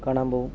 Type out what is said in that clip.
കാണാൻ പോകും